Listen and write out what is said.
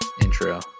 intro